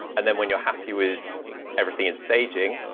and then when you're happy with everything in staging,